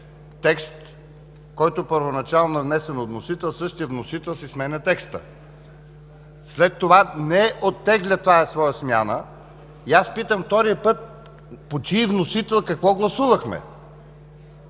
текст, който първоначално е внесен от вносител – същият вносител си сменя текста, след това не оттегля тази своя смяна и аз питам: вторият път по чий вносител, какво гласувахме?